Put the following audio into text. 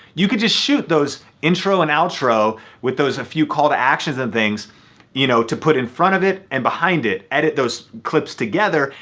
you can just shoot those intro and outro with those few call to actions and things you know to put in front of it and behind it. edit those clips together.